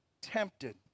tempted